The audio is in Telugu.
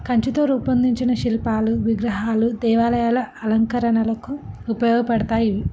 కంచుతో రూపొందించిన శిల్పాలు విగ్రహాలు దేవాలయాల అలంకరణలకు ఉపయోగపడతాయి